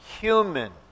human